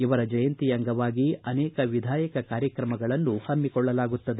ಇವರ ಜಯಂತಿ ಅಂಗವಾಗಿ ಅನೇಕ ವಿಧಾಯಕ ಕಾರ್ಯಕ್ರಮಗಳನ್ನು ಹಮ್ಮಿಕೊಳ್ಳಲಾಗುತ್ತದೆ